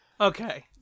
Okay